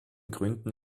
gründen